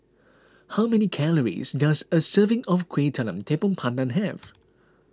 how many calories does a serving of Kuih Talam Tepong Pandan have